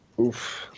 Oof